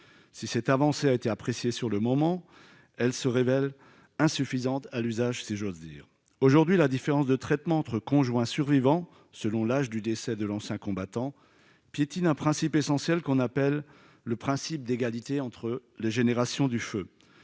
si cette avancée a été apprécié sur le moment elle se révèlent insuffisantes à l'usage, si j'ose dire, aujourd'hui, la différence de traitement entre conjoints survivants selon l'âge du décès de l'ancien combattant piétine un principe essentiel qu'on appelle le principe d'égalité entre les générations du feu